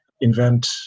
invent